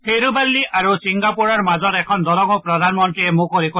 থেৰুভালি আৰু ছিংগাপুৰৰ মাজৰ এখন দলঙো প্ৰধানমন্ত্ৰীয়ে মুকলি কৰে